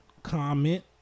comment